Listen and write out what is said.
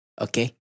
Okay